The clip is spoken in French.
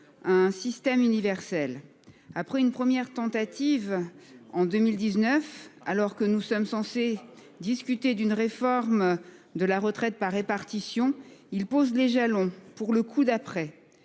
un système universel, après une première tentative en 2019 alors que nous sommes censés discuter d'une réforme de la retraite par répartition, il pose les jalons pour le coup d'après